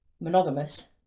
monogamous